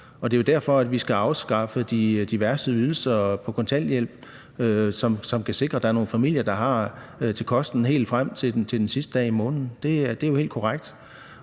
det er jo derfor, vi skal afskaffe de værste ydelser på kontanthjælp, hvilket kan sikre, at der er nogle familier, der har til kosten helt frem til den sidste dag i måneden. Det er jo helt korrekt.